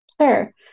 Sure